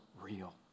real